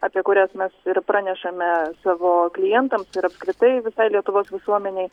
apie kurias mes ir pranešame savo klientam ir apskritai visai lietuvos visuomenei